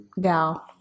gal